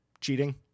cheating